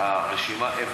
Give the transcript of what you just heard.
אבל הרבה עשבים שוטים יש.